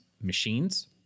machines